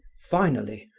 finally,